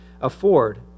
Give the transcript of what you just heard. afford